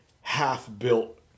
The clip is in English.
half-built